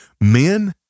men